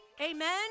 amen